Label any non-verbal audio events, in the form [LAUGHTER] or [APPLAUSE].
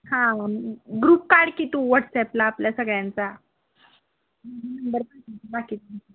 हा ग्रुप काढ की तू वॉट्सॲपला आपल्या सगळ्यांचा नंबर पाठवते [UNINTELLIGIBLE]